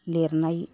लिरनाय